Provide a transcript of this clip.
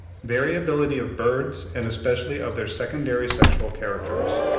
variability of birds, and especially of their secondary sexual characters.